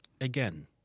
again